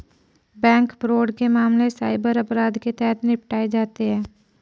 bank fraud के मामले cyber अपराध के तहत निपटाए जाते हैं